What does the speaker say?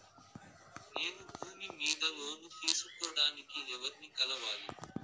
నేను భూమి మీద లోను తీసుకోడానికి ఎవర్ని కలవాలి?